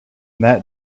that